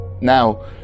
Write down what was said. Now